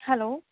hello